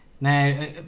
Now